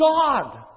God